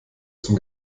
zum